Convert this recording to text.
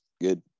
good